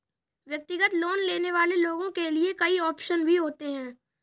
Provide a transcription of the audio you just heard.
व्यक्तिगत लोन लेने वाले लोगों के लिये कई आप्शन भी होते हैं